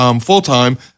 full-time